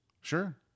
Sure